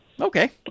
Okay